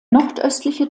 nordöstliche